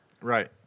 Right